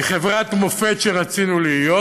מחברת מופת שרצינו להיות,